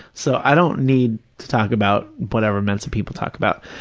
so i don't need to talk about whatever mensa people talk about.